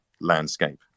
landscape